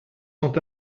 sont